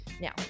Now